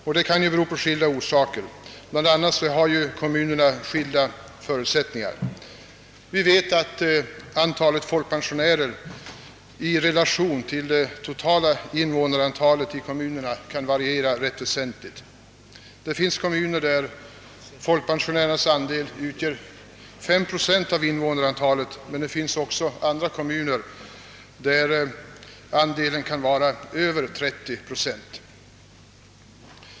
Detta kan bero på skilda förhållanden med hänsyn till kommunernas olika förutsättningar. Antalet folkpensionärer i relation till det totala invånarantalet i kommunerna kan som bekant variera rätt väsentligt. Det finns kommuner där folkpensionärernas andel utgör 5 procent av invånarantalet, men det finns också kommuner där andelen uppgår till över 30 procent.